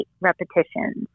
repetitions